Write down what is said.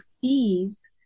fees